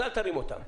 אז אל תרים אותן.